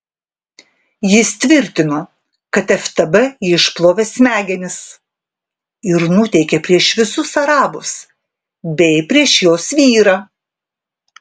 jis tvirtino kad ftb jai išplovė smegenis ir nuteikė prieš visus arabus bei prieš jos vyrą